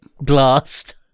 blast